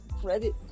credit